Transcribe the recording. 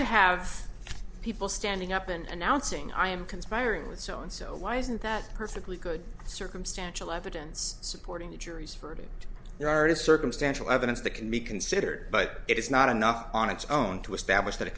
to have people standing up and announcing i am conspiring with so and so why isn't that a perfectly good circumstantial evidence supporting the jury's verdict there are just circumstantial evidence that can be considered but it is not enough on its own to establish that a